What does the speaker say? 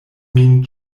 min